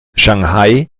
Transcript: shanghai